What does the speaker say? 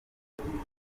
yafunguwe